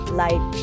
light